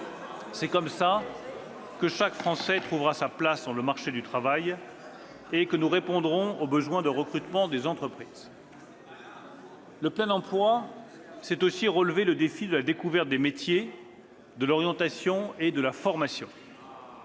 C'est de cette manière que chaque Français trouvera sa place sur le marché du travail et que nous répondrons aux besoins de recrutement des entreprises. « Le plein emploi, c'est aussi relever le défi de la découverte des métiers, de l'orientation et de la formation.